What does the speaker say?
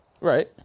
Right